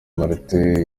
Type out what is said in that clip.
martin